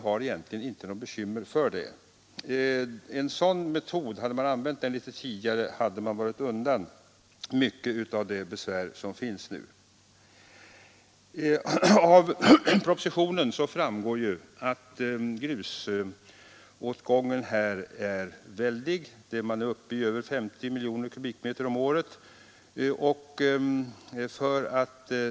Hade man använt en sådan metod litet tidigare hade man slagit undan mycket av det besvär man nu har. Det framgår av propositionen att grusåtgången är mycket stor. Den är uppe i över 50 miljoner kubikmeter om året.